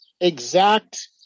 exact